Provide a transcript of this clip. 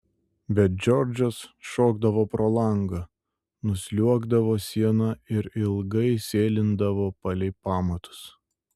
bet džordžas šokdavo pro langą nusliuogdavo siena ir ilgai sėlindavo palei pamatus